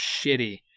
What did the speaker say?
shitty